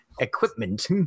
equipment